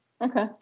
Okay